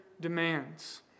demands